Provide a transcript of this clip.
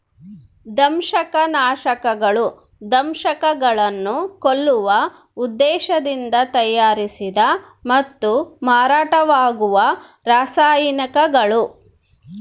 ದಂಶಕನಾಶಕಗಳು ದಂಶಕಗಳನ್ನು ಕೊಲ್ಲುವ ಉದ್ದೇಶದಿಂದ ತಯಾರಿಸಿದ ಮತ್ತು ಮಾರಾಟವಾಗುವ ರಾಸಾಯನಿಕಗಳು